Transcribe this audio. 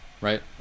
Right